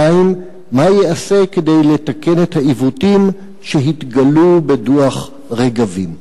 2. מה ייעשה כדי לתקן את העיוותים שהתגלו בדוח "רגבים"?